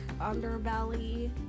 underbelly